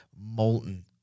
molten